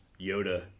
Yoda